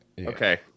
Okay